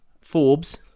forbes